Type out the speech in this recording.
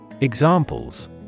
Examples